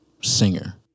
singer